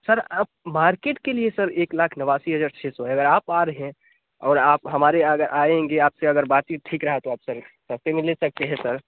sir आप market के लिए सर एक लाख नवासी हज़ार छः सौ है अगर आप आ रहे हैं और आप आएँगे आपके अगर बातचीत ठीक रहा तो सस्ते में ले सकते है सर